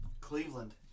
Cleveland